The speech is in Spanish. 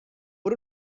por